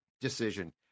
decision